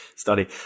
study